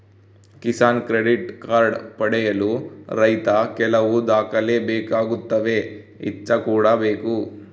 Kisan credit card ಪಡೆಯಲು ರೈತ ಕೆಲವು ದಾಖಲೆ ಬೇಕಾಗುತ್ತವೆ ಇಚ್ಚಾ ಕೂಡ ಬೇಕು